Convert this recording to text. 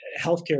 healthcare